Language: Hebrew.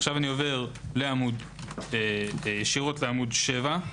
אני עובר ישירות לעמ' 7,